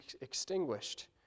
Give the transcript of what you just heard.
extinguished